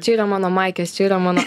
čia yra mano maikės čia yra mano